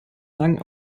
lang